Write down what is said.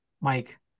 Mike